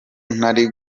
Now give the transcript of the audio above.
ntari